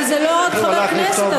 אבל זה לא עוד חבר כנסת, בסדר, אתה צודק.